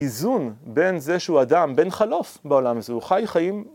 איזון בין זה שהוא אדם בן חלוף בעולם הזה. הוא חי חיים